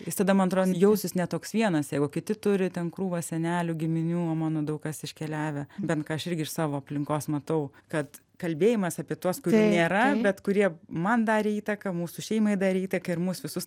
jis tada man atrodo jausis ne toks vienas jeigu kiti turi ten krūvą senelių giminių mano daug kas iškeliavę bent ką aš irgi iš savo aplinkos matau kad kalbėjimas apie tuos kurių nėra bet kurie man darė įtaką mūsų šeimai darė įtaką ir mus visus